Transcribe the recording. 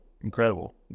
incredible